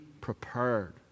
prepared